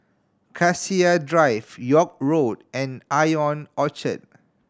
Cassia Drive York Road and Ion Orchard